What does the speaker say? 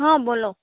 હ બોલો